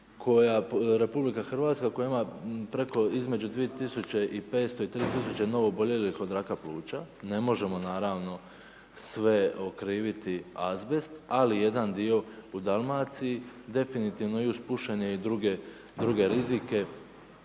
koja Republika Hrvatska koja imamo preko, između 2500 i 3000 novooboljelih od raka pluća. Ne možemo naravno sve okriviti azbest, ali jedan dio u Dalmaciji definitivno i uz pušenje i druge rizike